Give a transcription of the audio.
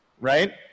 right